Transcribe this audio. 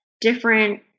different